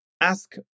ask